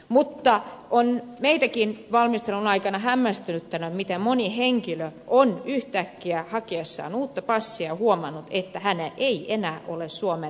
mutta on meitäkin valmistelun aikana hämmästyttänyt miten moni henkilö on yhtäkkiä hakiessaan uutta passia huomannut että ei enää ole suomen kansalainen